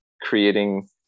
creating